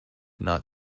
not